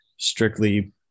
strictly